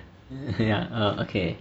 ya err okay